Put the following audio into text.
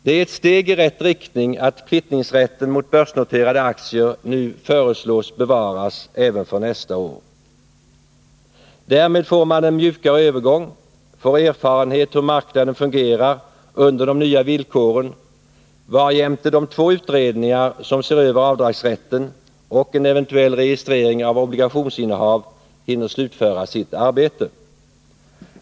Det är ett steg i rätt riktning att kvittningsrätten mot börsnoterade aktier nu föreslås bli bevarad även för nästa år. Därmed får man en mjukare övergång, får erfarenhet av hur marknaden fungerar under de nya villkoren, varjämte de två utredningar som ser över avdragsrätten och en eventuell registrering av obligationsinnehav hinner slutföra sitt arbete.